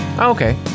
okay